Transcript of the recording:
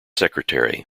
secretary